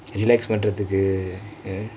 relax பன்ரதக்கு:panrathukku hmm